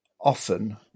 often